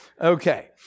Okay